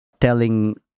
telling